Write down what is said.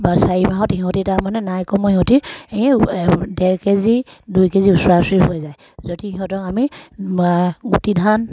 বা চাৰি মাহত সিহঁতি তাৰমানে নাইকমেও সিহঁতি ডেৰ কেজি দুই কেজি ওচৰা উচৰি হৈ যায় যদি সিহঁতক আমি গুটি ধান